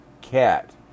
cat